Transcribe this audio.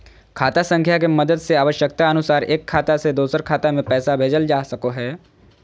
खाता संख्या के मदद से आवश्यकता अनुसार एक खाता से दोसर खाता मे पैसा भेजल जा सको हय